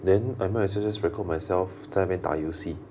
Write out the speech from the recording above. then I might as well just record myself 在那边打游戏